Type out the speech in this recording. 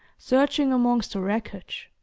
searching amongst the wreckage.